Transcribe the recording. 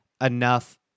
enough